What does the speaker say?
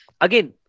Again